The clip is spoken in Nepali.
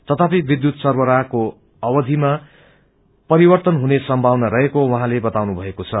तथापि विध्यूत सर्वराहको अवधिमा परिवर्तन हुने संमावना रहेको उहाँले बताउनु भएको छ